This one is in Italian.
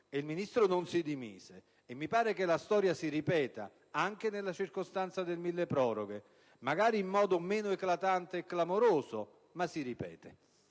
e il Ministro non si dimise. Mi pare allora che "la storia si ripeta" anche nella circostanza del milleproroghe; magari in modo meno eclatante e clamoroso, ma si ripete.